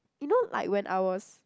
you know like when I was